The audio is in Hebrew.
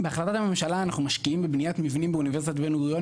בהחלטת הממשלה אנחנו משקיעים בבניית מבנים באוניברסיטת בן-גוריון.